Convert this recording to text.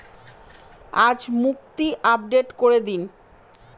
আজ মুক্তি আপডেট করে দিন